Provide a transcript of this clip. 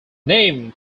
name